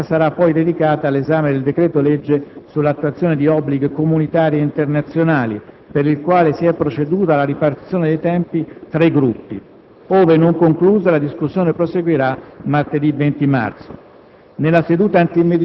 L'intera giornata sarà poi dedicata all'esame del decreto-legge sull'attuazione di obblighi comunitari e internazionali, per il quale si è proceduto alla ripartizione dei tempi tra i Gruppi. Ove non conclusa, la discussione proseguirà martedì 20 marzo.